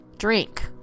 drink